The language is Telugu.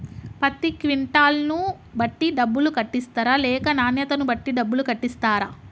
పత్తి క్వింటాల్ ను బట్టి డబ్బులు కట్టిస్తరా లేక నాణ్యతను బట్టి డబ్బులు కట్టిస్తారా?